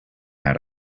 out